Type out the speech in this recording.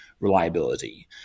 reliability